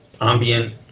ambient